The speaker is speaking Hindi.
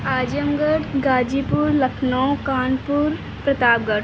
आज़मगढ़ गाज़ीपुर लखनऊ कानपुर प्रतापगढ़